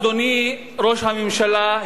אדוני ראש הממשלה,